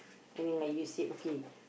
and then like you said okay